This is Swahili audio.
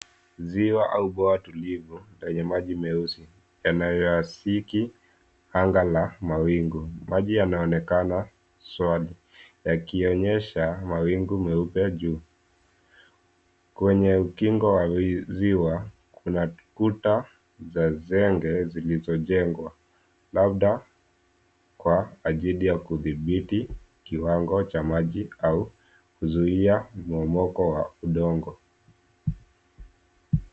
Ziwa au bwawa tulivu lenye maji meusi yanayoafiki anga la mawingu. Maji yanaonekana swali yakionyesha mawingu meupe juu. Kwenye ukingo wa ziwa kuna kuta za zege zilizojengwa labda kwa ajili ya kudhibiti kiwango cha maji au kuzuia mmomonyoko wa udongo.